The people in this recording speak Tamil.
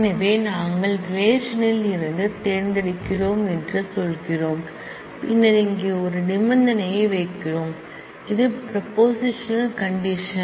எனவே நாங்கள் ரிலேஷன் ல் இருந்து தேர்ந்தெடுக்கிறோம் என்று சொல்கிறோம் பின்னர் இங்கே ஒரு கண்டிஷன் ஐ வைக்கிறோம் இது ஒரு பிரபோசிஷனால் கண்டிஷன்